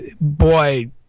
boy